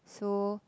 so